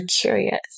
curious